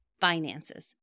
finances